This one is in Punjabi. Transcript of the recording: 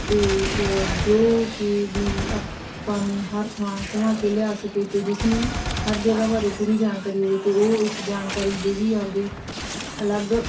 ਅਤੇ ਜੋ ਕਿ ਵੀ ਆਪਾਂ ਨੂੰ ਹਰ ਥਾਂ ਘੁੰਮਾ ਕੇ ਲਿਆ ਸਕੇ ਅਤੇ ਜਿਸ ਨੂੰ ਹਰ ਜਗ੍ਹਾ ਬਾਰੇ ਪੂਰੀ ਜਾਣਕਾਰੀ ਹੋਵੇ ਅਤੇ ਉਹ ਇਸ ਜਾਣਕਾਰੀ ਦੇ ਵੀ ਆਪਣੇ ਅਲੱਗ